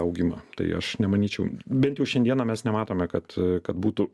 augimą tai aš nemanyčiau bent jau šiandieną mes nematome kad kad būtų